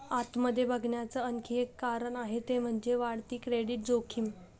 आत मध्ये बघण्याच आणखी एक कारण आहे ते म्हणजे, वाढती क्रेडिट जोखीम